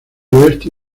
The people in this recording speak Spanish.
oeste